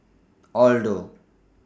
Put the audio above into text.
Aldo